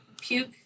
puke